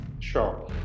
Sure